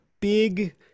big